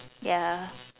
ya